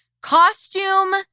Costume